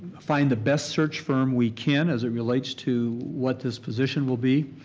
find the best search firm we can as it relates to what this position will be.